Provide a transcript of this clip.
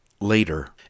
later